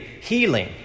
healing